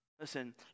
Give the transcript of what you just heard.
Listen